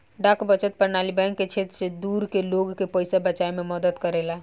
डाक बचत प्रणाली बैंक के क्षेत्र से दूर के लोग के पइसा बचावे में मदद करेला